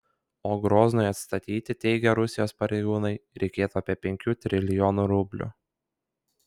o groznui atstatyti teigia rusijos pareigūnai reikėtų apie penkių trilijonų rublių